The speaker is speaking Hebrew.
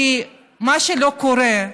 כי מה שלא קורה,